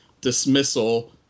dismissal